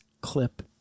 clip